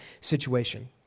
situation